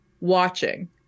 watching